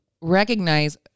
recognize